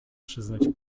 przyznać